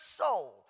soul